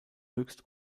höchst